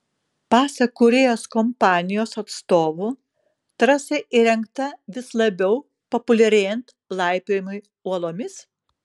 pasak kūrėjos kompanijos atstovų trasa įrengta vis labiau populiarėjant laipiojimui uolomis